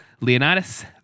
Leonidas